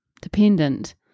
dependent